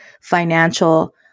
financial